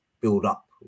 build-up